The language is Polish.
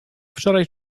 wczoraj